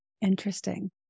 Interesting